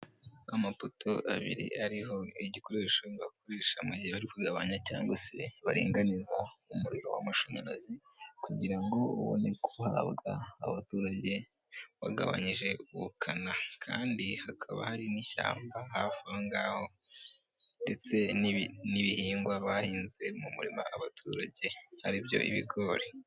Amapoto abiri ariho igikoresho bakoresha mugihe bari kugabanya cyangwa se baringaniza umuriro w'amashanyarazi, kugira ngo ubone guhabwa abaturage wagabanyije ubukana kandi hakaba hari n'ishyamba hafi aho ngaho ndetse n'ibihingwa bahinze mu murima abaturage aribyo ibigori.